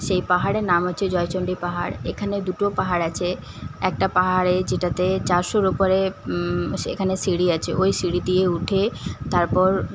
সেই পাহাড়ের নাম হচ্ছে জয়চণ্ডী পাহাড় এখানে দুটো পাহাড় আছে একটা পাহাড়ে যেটাতে চারশোর উপরে এখানে সিঁড়ি আছে ওই সিঁড়ি দিয়ে উঠে তারপর